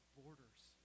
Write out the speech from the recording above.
borders